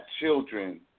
children